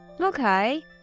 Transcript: Okay